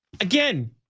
Again